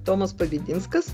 tomas pabedinskas